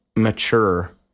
mature